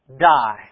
die